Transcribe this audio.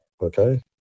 okay